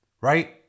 right